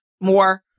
more